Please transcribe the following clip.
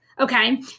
Okay